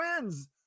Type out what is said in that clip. wins